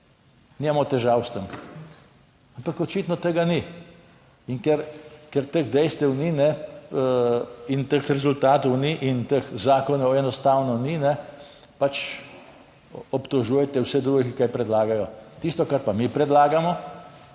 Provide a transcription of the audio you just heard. nimamo težav s tem. Ampak očitno tega ni. In ker, ker teh dejstev ni in teh rezultatov ni in teh zakonov enostavno ni, pač obtožujete vse druge, ki kaj predlagajo. Tisto, kar pa mi predlagamo,